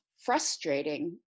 frustrating